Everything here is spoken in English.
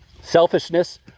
Selfishness